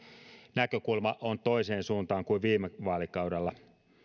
näkökulma on toiseen suuntaan kuin viime vaalikaudella